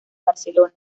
barcelona